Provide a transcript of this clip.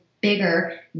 bigger